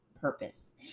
purpose